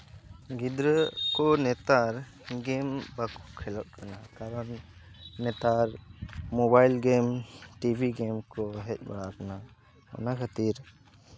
ᱜᱤᱫᱽᱨᱟᱹ ᱠᱚ ᱱᱮᱛᱟᱨ ᱜᱮᱢ ᱵᱟᱠᱚ ᱠᱷᱮᱞᱳᱜ ᱠᱟᱱᱟ ᱟᱨ ᱱᱮᱛᱟᱨ ᱢᱳᱵᱟᱭᱤᱞ ᱜᱮᱢ ᱴᱤᱵᱷᱤ ᱜᱮᱢ ᱠᱚ ᱦᱮᱡ ᱵᱟᱲᱟ ᱟᱠᱟᱱᱟ ᱚᱱᱟ ᱠᱷᱟᱹᱛᱤᱨ